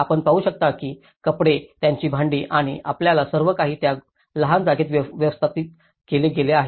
आपण पाहू शकता की कपडे त्यांची भांडी आणि आपल्याला सर्व काही त्या लहान जागेत व्यवस्थापित केले गेले आहे